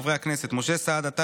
חברי הכנסת משה סעדה,